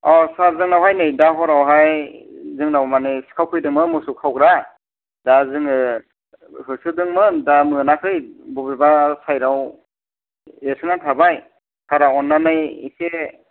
अ सार जोंनावहाय नै दा हरावहाय जोंनाव माने सिखाव फैदोंमोन मोसौ खावग्रा दा जोङो होसोदोंमोन दा मोनाखै बबेबा साइड आव एरसोनानै थाबाय सारा अननानै एसे